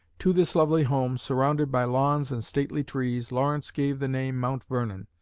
to this lovely home, surrounded by lawns and stately trees, lawrence gave the name mount vernon,